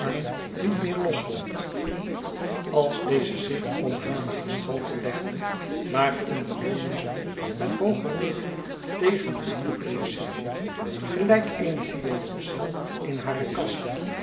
niet meer loswond als deze zich om hare gestalte legde maar in een leuningstoel met hoogen rug tegen den muur bleef zjtten gelijk eene violoncel in hare kast